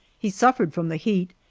he suffered from the heat,